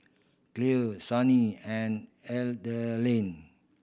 Clare Sunny and Ethelene